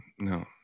No